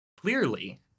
clearly